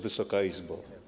Wysoka Izbo!